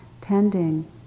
tending